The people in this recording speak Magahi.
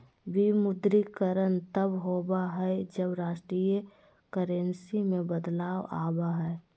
विमुद्रीकरण तब होबा हइ, जब राष्ट्रीय करेंसी में बदलाव आबा हइ